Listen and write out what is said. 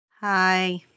hi